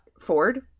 Ford